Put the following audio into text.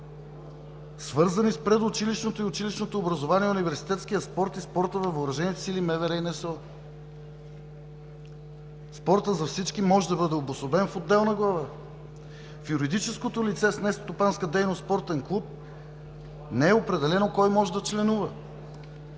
свързани с предучилищното и училищното образование, университетския спорт и спорта във Въоръжените сили, МВР и НСО. Спортът за всички може да бъде обособен в отделна глава. В юридическото лице с нестопанска дейност „Спортен клуб“ не е определено кой може да членува.